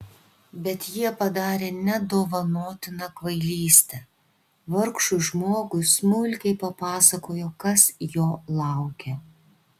bet jie padarė nedovanotiną kvailystę vargšui žmogui smulkiai papasakojo kas jo laukia